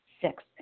Six